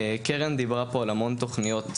קרן דיברה פה על המון תכניות נהדרות,